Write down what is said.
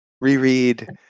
reread